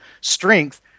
strength